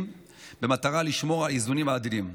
במטרה לשמור על האיזונים העדינים.